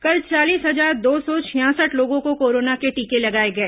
कल चालीस हजार दो सौ छियासठ लोगों को कोरोना के टीके लगाए गए